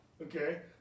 Okay